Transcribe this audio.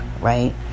right